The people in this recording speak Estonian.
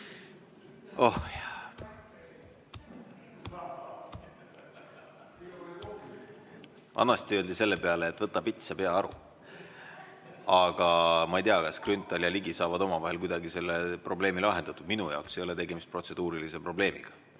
Oh jah, vanasti öeldi selle peale, et võta pits ja pea aru. Aga ma ei tea, kas Grünthal ja Ligi saavad omavahel kuidagi selle probleemi lahendatud. Minu jaoks ei ole tegemist protseduurilise probleemiga.